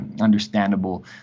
understandable